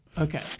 Okay